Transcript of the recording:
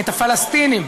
את הפלסטינים.